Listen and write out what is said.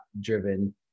driven